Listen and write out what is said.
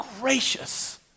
gracious